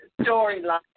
storyline